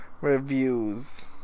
reviews